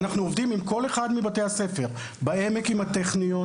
ואנחנו עובדים עם כל אחד מבתי הספר: בעמק עם הטכניון,